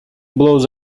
blows